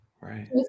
Right